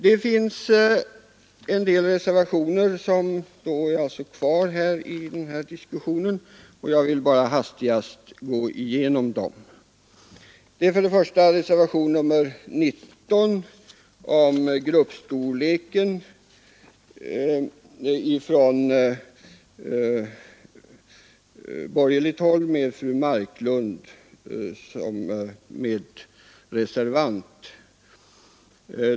Det finns en del reservationer som står kvar i den här diskussionen, och jag vill som hastigast gå igenom dem. Den första det gäller är reservationen 19 om gruppstorlek i daghem. Det är en borgerlig reservation med fru Marklund som medreservant.